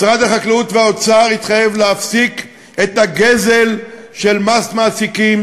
משרד החקלאות והאוצר התחייבו להפסיק את הגזל של מס מעסיקים,